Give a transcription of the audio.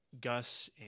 Gus